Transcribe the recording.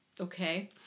Okay